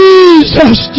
Jesus